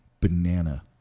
Banana